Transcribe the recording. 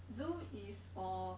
Zoom is for